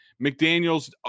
McDaniels